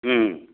ओम